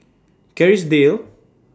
Kerrisdale